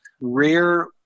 rare